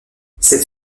cette